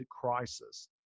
crisis